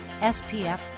SPF